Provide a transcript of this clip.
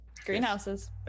Greenhouses